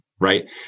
right